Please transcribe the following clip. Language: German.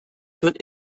wird